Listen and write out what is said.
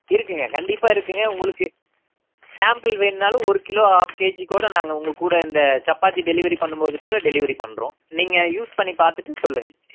இருக்குங்க கண்டிப்பாக இருக்குங்க உங்களுக்கு சாம்பிள் வேண்னாலும் ஒரு கிலோ ஹாஃப் கேஜி கூட நாங்கள் உங்கள் கூட இந்த சப்பாத்தி டெலிவரி பண்ணும்போது கூட டெலிவரி பண்ணுறோம் நீங்கள் யூஸ் பண்ணி பார்த்துட்டு சொல்லுங்கள்